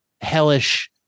hellish